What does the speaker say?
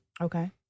okay